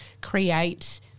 create